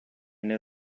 know